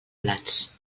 blats